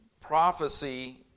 prophecy